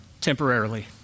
temporarily